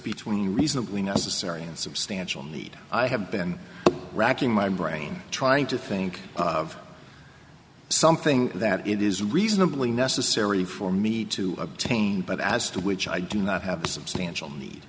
between reasonably necessary and substantial need i have been racking my brain trying to think of something that is reasonably necessary for me to obtain but as to which i do not have a substantial need